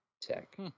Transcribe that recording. tech